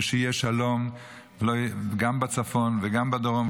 ושיהיה שלום גם בצפון וגם בדרום,